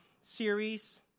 series